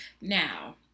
Now